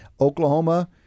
Oklahoma